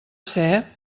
ser